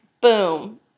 boom